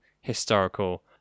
historical